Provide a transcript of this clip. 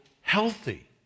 healthy